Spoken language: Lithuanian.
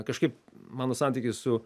kažkaip mano santykis su